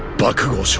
bakugo so